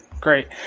great